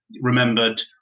remembered